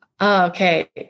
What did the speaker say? Okay